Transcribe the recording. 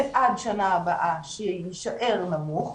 ועד שנה הבאה יישאר נמוך,